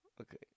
Okay